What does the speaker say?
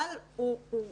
אבל הוא באמת